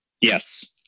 yes